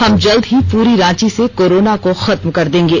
हम जल्द ही पूरी रांची से कोरोना को खत्म कर देंगे